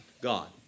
God